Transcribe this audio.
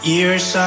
Years